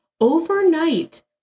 overnight